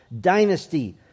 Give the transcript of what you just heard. dynasty